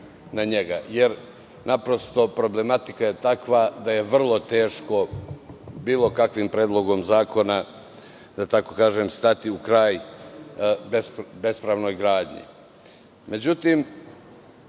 na njega. Problematika je takva da je vrlo teško bilo kakvim predlogom zakona, da tako kažem, stati u kraj bespravnoj gradnji.Međutim,